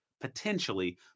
potentially